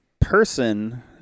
person